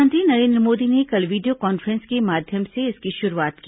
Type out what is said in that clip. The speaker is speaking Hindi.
प्रधानमंत्री नरेन्द्र मोदी ने कल वीडियो कॉन्फ्रेंस के माध्यम से इसकी शुरुआत की